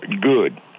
good